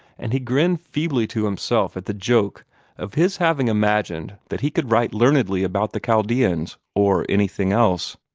and he grinned feebly to himself at the joke of his having imagined that he could write learnedly about the chaldeans, or anything else.